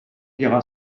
vira